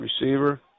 receiver